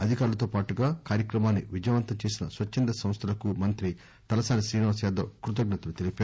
అధికారులతో పాటుగా కార్యక్రమాన్ని విజయవంతం చేసిన స్వచ్చంద సంస్థలకు మంత్రి తలసాని శ్రీనివాస యాదవ్ కృతజ్ఞతలు తెలిపారు